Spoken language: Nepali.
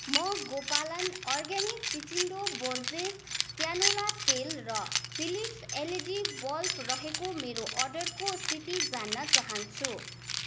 म गोपालन अर्ग्यानिक चिचिन्डो बोर्जेस क्यानोला तेल र फिलिप्स एलइडी बल्ब रहेको मेरो अर्डरको स्थिति जान्न चाहन्छु